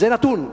זה נתון.